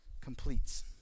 completes